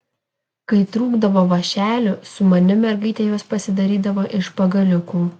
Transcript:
kai trūkdavo vąšelių sumani mergaitė juos pasidarydavo iš pagaliukų